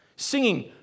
Singing